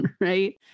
right